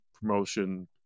promotion